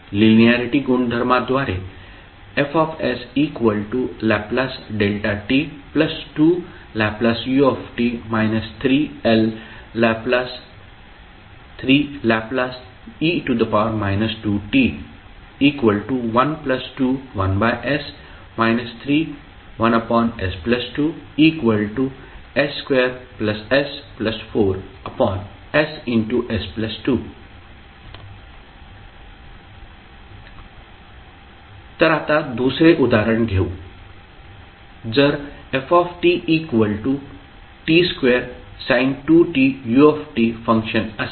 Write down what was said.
linearity गुणधर्माद्वारे F Lδ 2 Lu − 3Le−2t 121s 31s2s2s4ss2 तर आता दुसरे उदाहरण घेऊ जर f t2sin 2t u function असेल